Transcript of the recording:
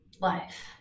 life